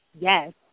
Yes